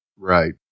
Right